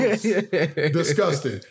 disgusting